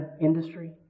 industry